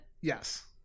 Yes